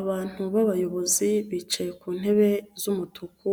Abantu b'abayobozi bicaye ku ntebe z'umutuku,